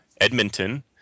Edmonton